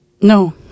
no